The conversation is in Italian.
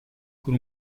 con